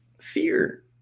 fear